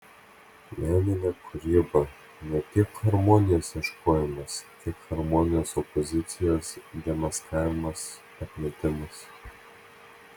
meninė kūryba ne tiek harmonijos ieškojimas kiek harmonijos opozicijos demaskavimas atmetimas